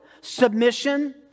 submission